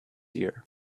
ear